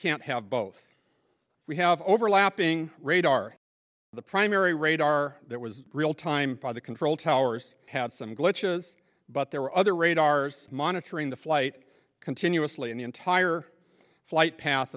can't have both we have overlapping radar the primary radar that was real time by the control towers had some glitches but there were other radars monitoring the flight continuously in the entire flight path